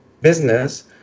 business